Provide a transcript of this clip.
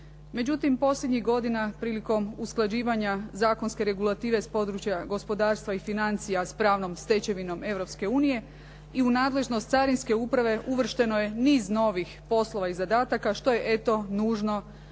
Međutim posljednjih godina prilikom usklađivanja zakonske regulative s područja gospodarstva i financija s pravnom stečevinom Europske unije i u nadležnost carinske uprave uvršteno je niz novih poslova i zadataka što je eto nužno